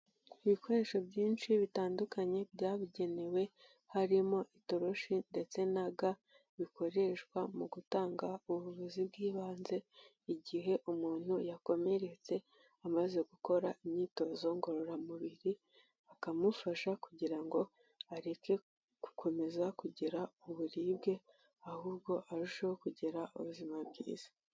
Ibikoresho byinshi bitandukanye byabugenewe harimo itoroshi ndetse na ga, bikoreshwa mu gutanga ubuvuzi bw'ibanze igihe umuntu yakomeretse amaze gukora imyitozo ngororamubiri, bakamufasha kugira ngo areke gukomeza kugira uburibwe ahubwo arusheho kugira ubuzima bwiza.